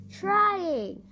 trying